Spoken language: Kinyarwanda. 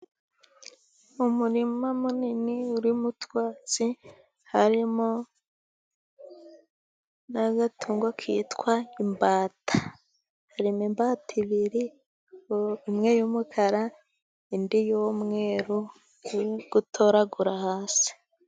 Umurima munini urimo utwatsi, harimo n'agatungo kitwa imbata, harimo imbata ibiri imwe y'umukara indi y'umweru iri gutoragura hasi.